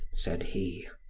said he.